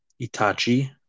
Itachi